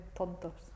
tontos